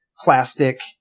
plastic